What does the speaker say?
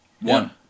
One